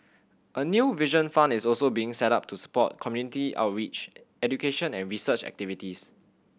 a new Vision Fund is also being set up to support community outreach education and research activities